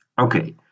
Okay